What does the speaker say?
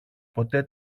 ποτέ